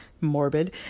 morbid